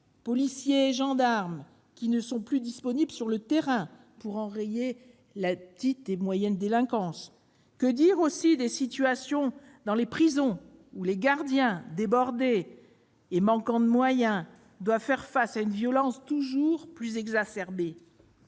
policiers et gendarmes qui ne sont plus disponibles sur le terrain pour enrayer la petite et moyenne délinquance ? Que dire aussi de la situation dans les prisons, où les gardiens, débordés et manquant de moyens, doivent faire face à une violence toujours plus exacerbée ?